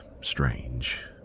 strange